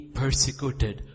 persecuted